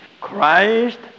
Christ